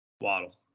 Waddle